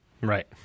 Right